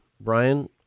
Brian